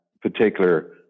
particular